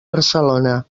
barcelona